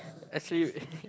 actually